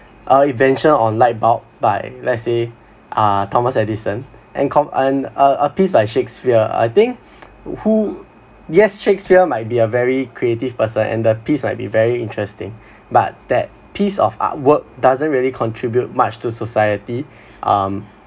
uh invention on light bulb by let's say uh thomas edison and com~ a piece by shakespeare I think who yes shakespeare might be a very creative person and the piece might be very interesting but that piece of artwork doesn't really contribute much to society um